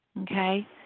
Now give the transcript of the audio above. okay